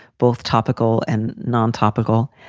both topical and non topical.